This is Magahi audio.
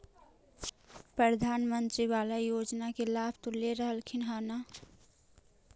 प्रधानमंत्री बाला योजना के लाभ तो ले रहल्खिन ह न?